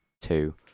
two